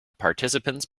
participants